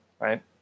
right